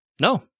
No